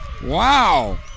Wow